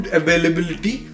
availability